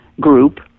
group